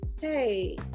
hey